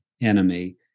enemy